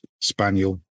Spaniel